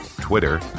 Twitter